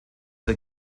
der